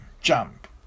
jump